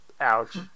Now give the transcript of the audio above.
ouch